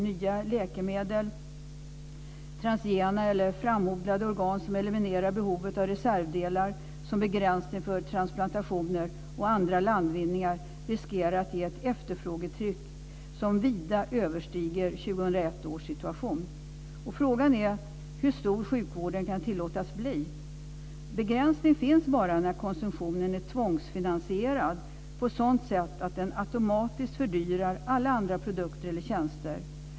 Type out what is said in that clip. Nya läkemedel, transgena eller framodlade organ som eliminerar behovet av reservdelar som begränsning för transplantationer och andra landvinningar riskerar att ge ett efterfrågetryck som vida överstiger 2001 års situation. Frågan är hur stor sjukvården kan tillåtas bli. Begränsning finns bara när konsumtionen är tvångsfinansierad på sådant sätt att den automatiskt fördyrar alla andra produkter eller tjänster.